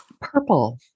Purple